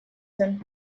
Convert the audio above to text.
zen